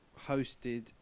hosted